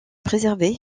préservé